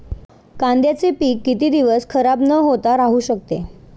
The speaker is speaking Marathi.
कांद्याचे पीक किती दिवस खराब न होता राहू शकते?